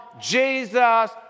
Jesus